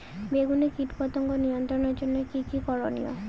বেগুনে কীটপতঙ্গ নিয়ন্ত্রণের জন্য কি কী করনীয়?